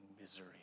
misery